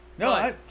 No